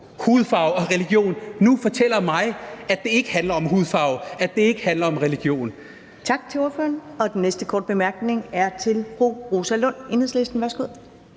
hudfarve og religion, nu fortæller mig, at det ikke handler om hudfarve, at det ikke handler om religion.